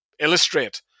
illustrate